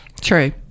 True